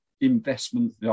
investment